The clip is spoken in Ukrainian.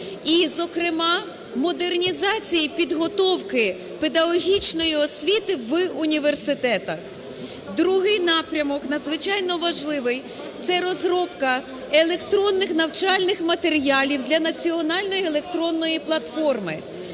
і, зокрема, модернізації підготовки педагогічної освіти в університетах. Другий напрям надзвичайно важливий – це розробка електронних навчальних матеріалів для Національної електронної платформи.